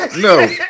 No